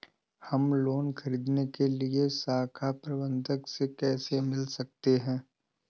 हम लोन ख़रीदने के लिए शाखा प्रबंधक से कैसे मिल सकते हैं?